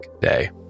day